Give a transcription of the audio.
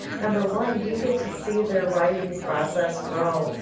number one, you get to see their writing process grow,